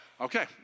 Okay